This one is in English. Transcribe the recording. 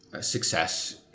success